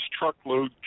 truckload